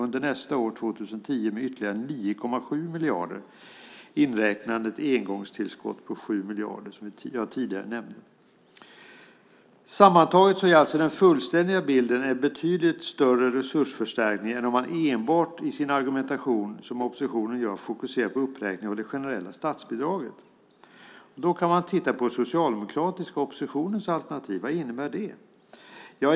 Under nästa år, 2010, ökar det med ytterligare 9,7 miljarder inräknat ett engångstillskott på 7 miljarder som jag tidigare nämnde. Sammantaget ger alltså den fullständiga bilden en betydligt större resursförstärkning än om man, som oppositionen gör, enbart i sin argumentation fokuserar på uppräkning av det generella statsbidraget. Man kan titta på den socialdemokratiska oppositionens alternativ. Vad innebär det?